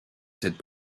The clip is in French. cette